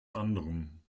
anderen